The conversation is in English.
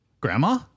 grandma